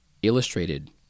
illustrated